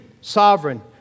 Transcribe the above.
sovereign